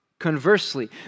Conversely